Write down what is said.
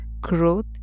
growth